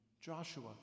Joshua